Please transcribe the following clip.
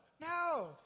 No